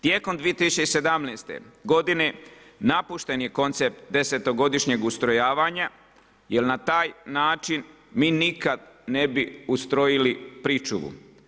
Tijekom 2017. godine napušten je koncept desetogodišnjeg ustrojavanja jer na taj način mi nikada ne bi ustrojili pričuvu.